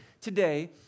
today